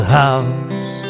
house